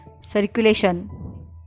circulation